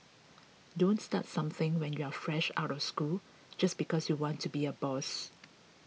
don't start something when you're fresh out of school just because you want to be a boss